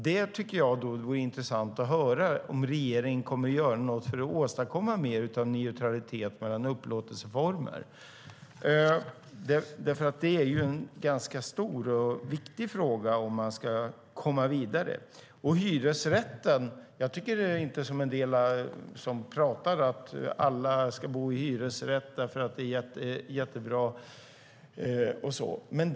Jag tycker att det vore intressant att höra om regeringen kommer att göra något för att åstadkomma mer av neutralitet mellan upplåtelseformerna. Det är ju en ganska stor och viktig fråga om man ska komma vidare. När det gäller hyresrätten tycker jag inte, som en del pratar om, att alla ska bo i hyresrätt därför att det är jättebra och så vidare.